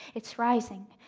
it's rising,